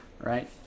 Right